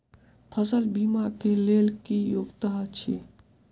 फसल बीमा केँ लेल की योग्यता अछि?